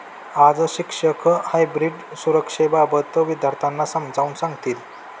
आज शिक्षक हायब्रीड सुरक्षेबाबत विद्यार्थ्यांना समजावून सांगतील